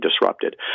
disrupted